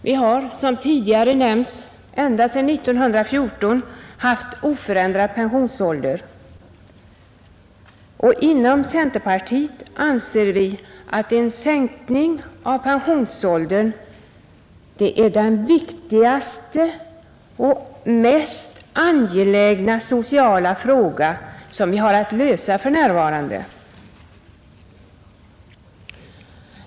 Vi har, som tidigare nämnts, ända sedan år 1914 haft oförändrad pensionsålder, och inom centerpartiet anser vi att en sänkning av pensionsåldern är den viktigaste och mest angelägna sociala fråga som vi har att lösa för närvarande.